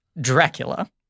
Dracula